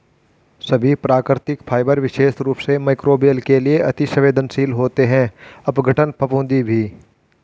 सभी प्राकृतिक फाइबर विशेष रूप से मइक्रोबियल के लिए अति सवेंदनशील होते हैं अपघटन, फफूंदी भी